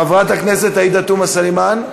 חברת הכנסת עאידה תומא סלימאן.